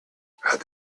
had